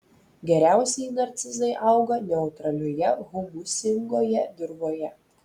geriausiai narcizai auga neutralioje humusingoje dirvoje